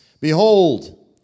Behold